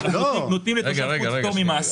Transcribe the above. אנחנו נותנים --- פטור ממס.